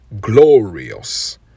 glorious